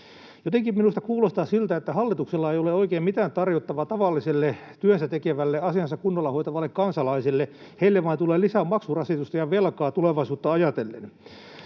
Jotenkin minusta kuulostaa siltä, että hallituksella ei ole oikein mitään tarjottavaa tavalliselle työnsä tekevälle, asiansa kunnolla hoitavalle kansalaiselle. Heille vain tulee lisää maksurasitusta ja velkaa tulevaisuutta ajatellen.